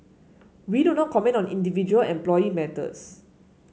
we do not comment on individual employee matters